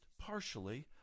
partially